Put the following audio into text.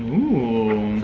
ooh.